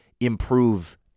improve